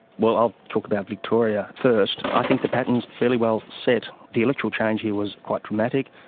well i'll talk about victoria first. i think the pattern's fairly well set. the electoral change here was quite dramatic.